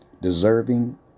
deserving